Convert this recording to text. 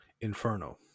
Inferno